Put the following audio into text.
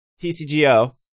TCGO